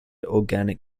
organic